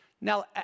Now